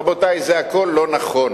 רבותי, הכול לא נכון.